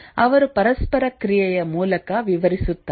ಅವರು ಪರಸ್ಪರ ಕ್ರಿಯೆಯ ಮೂಲಕ ವಿವರಿಸುತ್ತಾರೆ